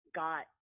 got